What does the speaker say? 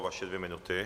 Vaše dvě minuty.